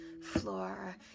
floor